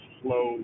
slow